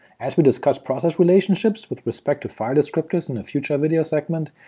as we discuss process relationships with respect to file descriptors in a future video segment,